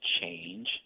change